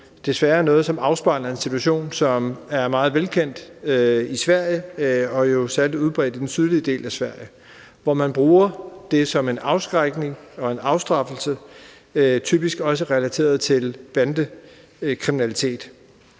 som afspejler en situation, som er meget velkendt i Sverige og særlig udbredt i den sydlige del af Sverige, hvor man bruger det som afskrækkelse og afstraffelse, typisk relateret til bandekriminalitet.